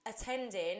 attending